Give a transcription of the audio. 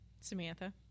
Samantha